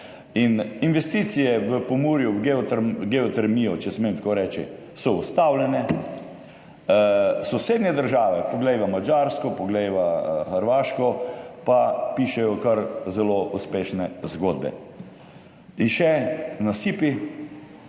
In investicije v Pomurju v geo, geotermijo, če smem tako reči, so ustavljene, sosednje države, poglejva Madžarsko, poglejva Hrvaško, pa pišejo kar zelo uspešne zgodbe. In še nasipi.